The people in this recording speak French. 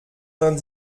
vingt